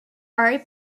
are